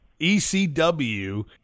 ECW